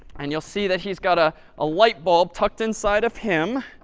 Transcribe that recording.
and you'll see that he's got a ah light bulb tucked inside of him.